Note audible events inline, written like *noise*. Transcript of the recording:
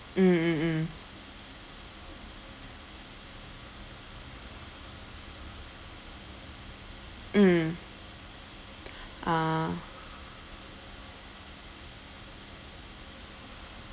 mm mm mm mm *breath* ah